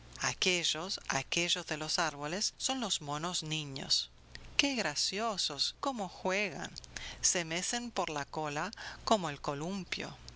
aquéllos aquellos de los árboles son los monos niños qué graciosos cómo juegan se mecen por la cola como el columpio